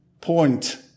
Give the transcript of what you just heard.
point